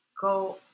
go